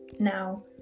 now